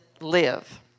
Live